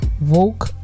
woke